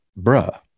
bruh